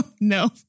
No